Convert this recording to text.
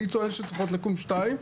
אני טוען שצריכות לקום שתיים,